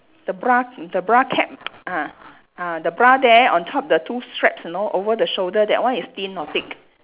the bra the bra cap ah ah the bra there on top the two straps you know over the shoulder that one is thin or thick